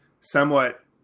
somewhat